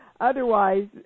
Otherwise